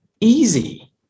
easy